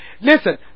Listen